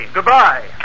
Goodbye